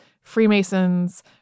Freemasons